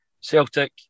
Celtic